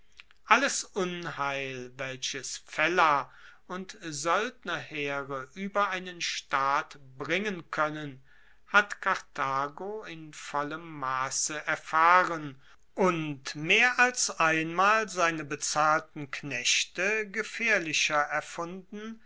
alles unheil welches fellah und soeldnerheere ueber einen staat bringen koennen hat karthago in vollem masse erfahren und mehr als einmal seine bezahlten knechte gefaehrlicher erfunden